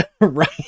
right